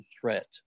threat